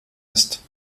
ist